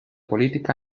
política